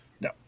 no